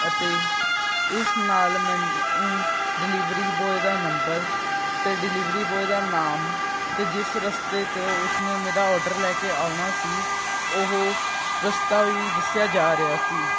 ਅਤੇ ਇਸ ਨਾਲ ਮੈਨੂੰ ਡਿਲੀਵਰੀ ਬੋਏ ਦਾ ਨੰਬਰ ਅਤੇ ਡਿਲੀਵਰੀ ਬੋਏ ਦਾ ਨਾਮ ਅਤੇ ਜਿਸ ਰਸਤੇ 'ਤੇ ਉਸ ਨੇ ਮੇਰਾ ਔਡਰ ਲੈ ਕੇ ਆਉਣਾ ਸੀ ਉਹ ਰਸਤਾ ਵੀ ਦੱਸਿਆ ਜਾ ਰਿਹਾ ਸੀ